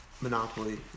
Monopoly